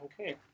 Okay